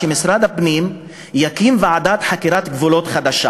שמשרד הפנים יקים ועדת חקירת גבולות חדשה